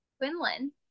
Quinlan